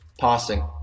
passing